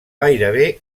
gairebé